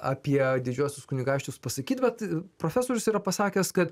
apie didžiuosius kunigaikščius pasakyt bet profesorius yra pasakęs kad